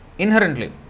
inherently